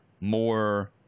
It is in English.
more